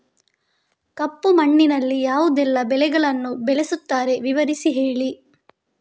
ಕಪ್ಪು ಮಣ್ಣಿನಲ್ಲಿ ಯಾವುದೆಲ್ಲ ಬೆಳೆಗಳನ್ನು ಬೆಳೆಸುತ್ತಾರೆ ವಿವರಿಸಿ ಹೇಳಿ